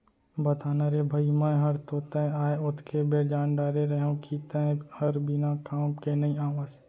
बता ना रे भई मैं हर तो तैं आय ओतके बेर जान डारे रहेव कि तैं हर बिना काम के नइ आवस